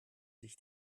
sich